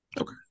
Okay